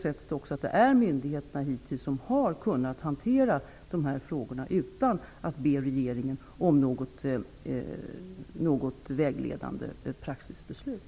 Hittills har myndigheterna kunnat hantera dessa frågor utan att be regeringen om vägledande praxisbeslut.